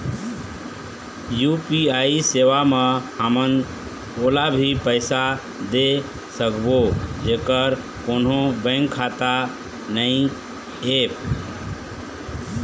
UPI सेवा म हमन ओला भी पैसा दे सकबो जेकर कोन्हो बैंक खाता नई ऐप?